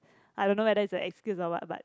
I don't know whether is a excuse or what but